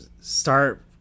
start